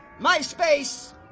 MySpace